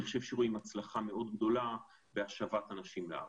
חושב שרואים הצלחה מאוד גדולה בהשבת אנשים לארץ.